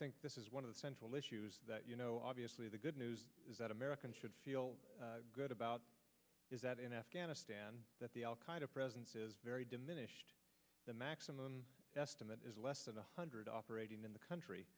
think this is one of the central issues that you know obviously the good news is that americans should feel good about is that in afghanistan that the al qaeda presence is very diminished the maximum estimate is less than one hundred operating in the country